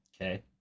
Okay